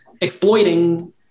exploiting